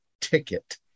ticket